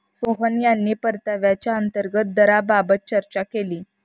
सोहन यांनी परताव्याच्या अंतर्गत दराबाबत चर्चा केली